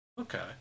Okay